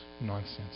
nonsense